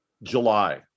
july